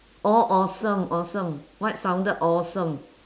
orh awesome awesome what sounded awesome